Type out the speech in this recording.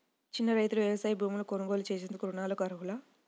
చిన్న రైతులు వ్యవసాయ భూములు కొనుగోలు చేసేందుకు రుణాలకు అర్హులా?